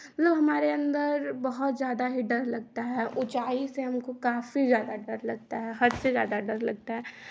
मतलब हमारे अंदर बहुत ज़्यादा ही डर लगता है ऊँचाई से हमको काफी ज़्यादा डर लगता है हद से ज़्यादा डर लगता है